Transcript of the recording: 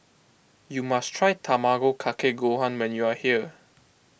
you must try Tamago Kake Gohan when you are here